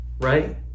right